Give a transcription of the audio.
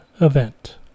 event